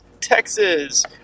Texas